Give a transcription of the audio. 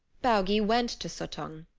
baugi went to suttung.